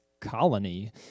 colony